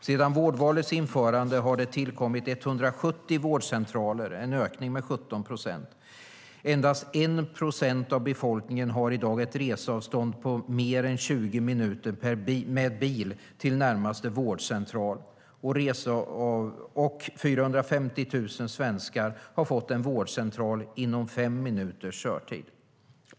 Sedan vårdvalets införande har det tillkommit 170 vårdcentraler, en ökning med 17 procent. Endast 1 procent av befolkningen har i dag ett reseavstånd på mer än 20 minuter med bil till närmaste vårdcentral, och 450 000 svenskar har fått en vårdcentral inom fem minuters körtid.